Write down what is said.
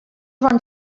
van